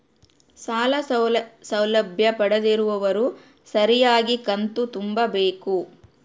ಸಾಲ ಸೌಲಭ್ಯ ಪಡೆದಿರುವವರು ಸರಿಯಾಗಿ ಕಂತು ತುಂಬಬೇಕು?